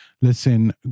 Listen